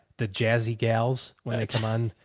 the jazzy gals when it's fun,